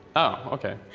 oh, okay.